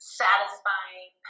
satisfying